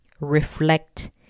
reflect